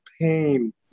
pain